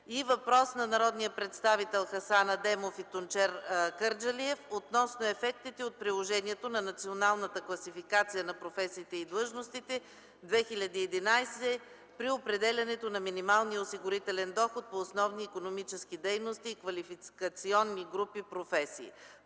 и въпрос от народните представители Хасан Адемов и Тунчер Кърджалиев относно ефектите от приложението на Националната класификация на професиите и длъжностите - 2011 г., при определянето на минималния осигурителен доход по основни икономически дейности и квалификационни групи професии.